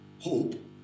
hope